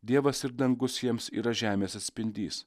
dievas ir dangus jiems yra žemės atspindys